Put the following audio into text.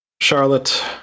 Charlotte